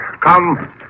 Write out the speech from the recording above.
come